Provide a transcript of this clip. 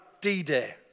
D-Day